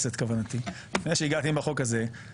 תוכל לדרוש אסמכתות לפני שהיא מאשרת.